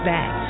Back